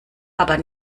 aber